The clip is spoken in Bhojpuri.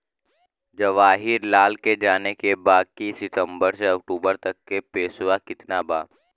जवाहिर लाल के जाने के बा की सितंबर से अक्टूबर तक के पेसवा कितना बा?